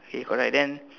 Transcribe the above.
okay correct then